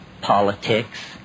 politics